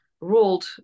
ruled